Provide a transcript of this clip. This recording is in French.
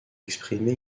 exprimer